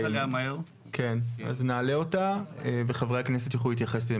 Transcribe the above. אז נעלה אותה וחברי הכנסת יוכלו להתייחס אליה,